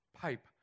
pipe